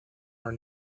are